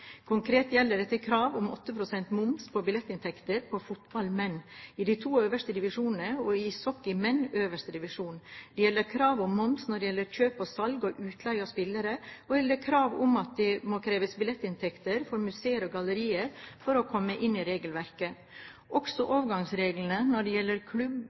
Konkret gjelder dette krav om 8 pst. moms på billettinntekter ved idrettsarrangementer som fotball for menn, de to øverste divisjonene, og ishockey for menn, øverste divisjon. Det gjelder krav om moms ved kjøp, salg og utleie av spillere, og det gjelder krav om avgiftsplikt for billettinntektene til museer og gallerier for at disse skal komme innunder regelverket. Også overgangsreglene når det gjelder